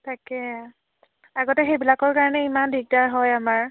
তাকে আগতে সেইবিলাকৰ কাৰণেই ইমান দিগদাৰ হয় আমাৰ